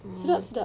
ah